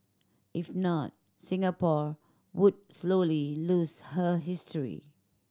if not Singapore would slowly lose her history